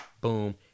boom